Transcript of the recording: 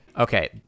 Okay